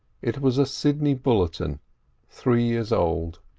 it was a sidney bulletin three years old.